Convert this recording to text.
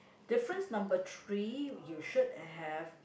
difference number three you should have